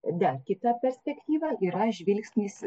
tada kita perspektyva yra žvilgsnis